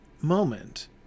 moment